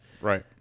Right